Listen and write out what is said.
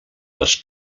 les